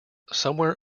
somewhere